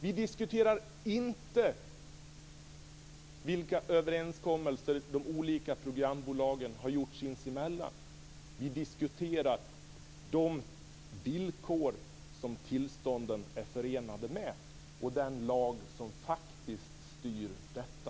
Vi diskuterar inte vilka överenskommelser de olika programbolagen har gjort sinsemellan. Vi diskuterar de villkor som tillstånden är förenade med och den lag som faktiskt styr detta.